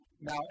now